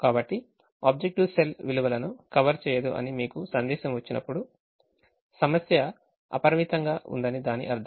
కాబట్టి objective cell విలువలును cover చేయదు అని మీకు సందేశం వచ్చినప్పుడుసమస్య అపరిమితం గా ఉందని దాని అర్థం